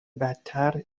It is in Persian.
بدتر